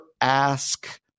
ask